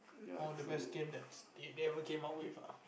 all the best game that they they ever came up with ah